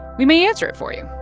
we may answer it for you.